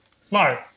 smart